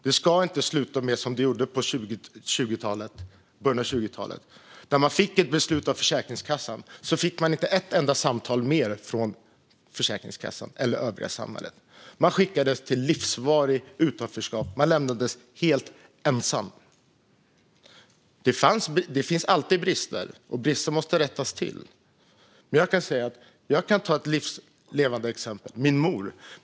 Det ska inte sluta som det gjorde i början av 2000-talet, då man fick ett beslut från Försäkringskassan och sedan inte fick ett enda samtal till från Försäkringskassan eller övriga samhället. Man skickades ut i livslångt utanförskap och lämnades helt ensam. Det finns alltid brister, och brister måste rättas till. Jag kan ta ett livs levande exempel, nämligen min mor.